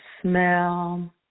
smell